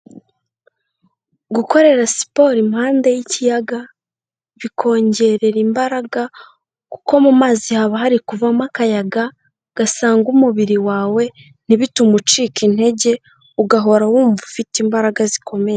Gukorera siporo impande y'ikiyaga, bikongerera imbaraga kuko mu mazi haba hari kuvamo akayaga gasanga umubiri wawe, ntibitume ucika intege, ugahora wumva ufite imbaraga zikomeye.